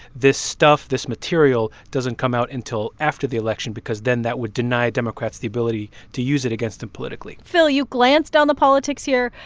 this stuff, this material, doesn't come out until after the election because then that would deny democrats the ability to use it against him politically phil, you glanced on the politics here.